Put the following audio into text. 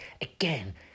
again